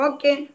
Okay